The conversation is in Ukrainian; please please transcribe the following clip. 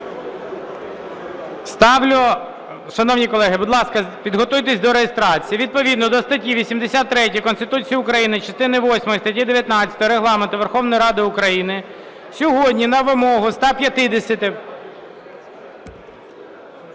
Шановні колеги, будь ласка, підготуйтесь до реєстрації. Відповідно до статті 83 Конституції України частини восьмої статті 19 Регламенту Верховної Ради України сьогодні на вимогу 150